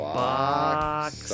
box